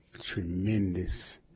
tremendous